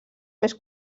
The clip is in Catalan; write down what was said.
més